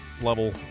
level